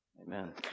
Amen